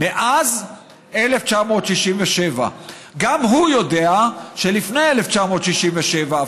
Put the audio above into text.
מאז 1967. גם הוא יודע שלפני 1967,